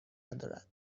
ندارد